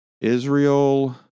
Israel